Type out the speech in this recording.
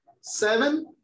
Seven